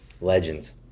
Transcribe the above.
legends